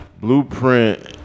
Blueprint